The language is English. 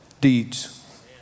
deeds